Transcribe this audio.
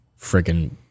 freaking